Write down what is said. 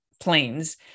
planes